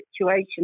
situation